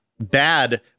bad